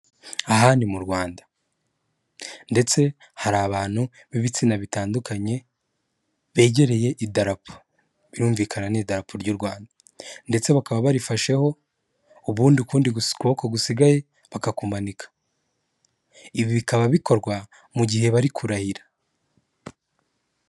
Aha ni mu Rwanda ndeste hari abantu b'ibitsina bitandukanye, begereye idarapo birumvikana n'idarapo ry'uRwanda, ndetse bakaba barifasheho ubundi ukundi gusi kuboko gusigaye bakakumanika ibi bikaba bikorwa mu gihe bari kurahira.